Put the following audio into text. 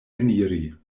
eniri